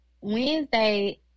Wednesday